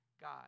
God